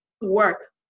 work